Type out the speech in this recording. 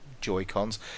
joy-cons